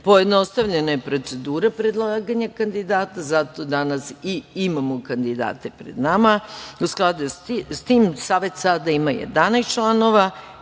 budućnosti. Pojednostavljena je procedura predlaganja kandidata. Zato danas i imamo kandidate pred nama. U skladu sa tim, savet sada ima 11 članova